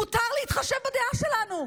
מותר להתחשב בדעה שלנו.